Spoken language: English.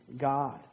God